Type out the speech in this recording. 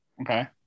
Okay